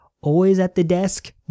always-at-the-desk